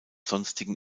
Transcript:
sonstigen